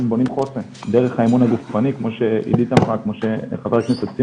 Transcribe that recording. שכתוצאה מדיונים שערכנו פה בוועדה הם